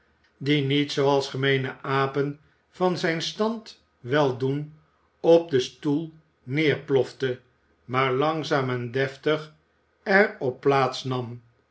die niet zooals gemeene apen van zijn stand wel doen op den stoel nederplofte maar langzaam en deftig er op plaats nam